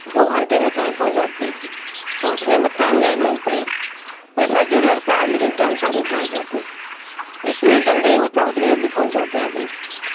دو گھنٹے میں کہیں پہنچ جاتی ہیں پہنچنے میں ٹائم نہیں لگتے ہیں پیسہ جو لگتا ہے لیکن ٹائم سے آدمی پہنچ جاتے ہیں جتنے جلدی ہوتا اتنے جلدی پہنچ جاتے آدمی